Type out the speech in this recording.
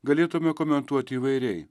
galėtume komentuoti įvairiai